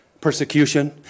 Persecution